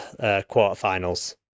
quarterfinals